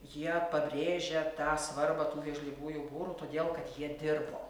jie pabrėžia tą svarbą tų viežlybųjų būrų todėl kad jie dirbo